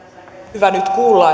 hyvä nyt kuulla